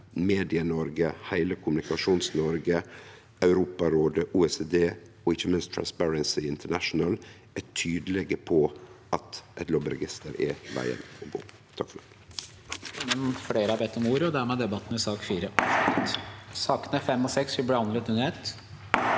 Medie-Noreg, heile Kommunikasjons-Noreg, Europarådet, OECD og ikkje minst Transparency International er tydelege på at eit lobbyregister er vegen å gå.